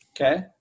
Okay